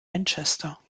manchester